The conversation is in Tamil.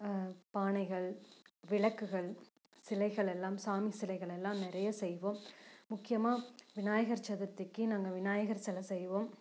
பானைகள் விளக்குகள் சிலைகள் எல்லாம் சாமி சிலைகள் எல்லாம் நிறையா செய்வோம் முக்கியமாக விநாயகர் சதுர்த்திக்கு நாங்கள் விநாயகர் செலை செய்வோம்